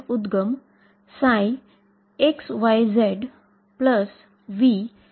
દ્વારા સંતુષ્ટ થયેલું સમીકરણ શું છે